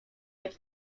jak